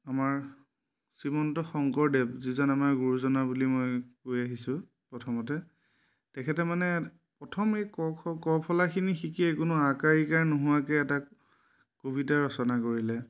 আমাৰ শ্ৰীমন্ত শংকৰদেৱ যিজন আমাৰ গুৰুজনা বুলি মই কৈ আহিছোঁ প্ৰথমতে তেখেতে মানে প্ৰথম এই ক খ কফলাখিনি শিকিয়ে কোনো আকাৰ ইকাৰ নোহোৱাকৈ এটা কবিতা ৰচনা কৰিলে